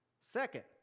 Second